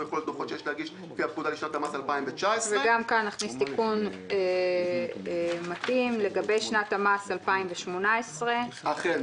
והוא יחול על דוחות שיש להגיש לפי הפקודה לשנת המס 2019. וגם כאן נכניס תיקון מתאים לגבי שנת המס 2018. אכן,